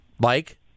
Mike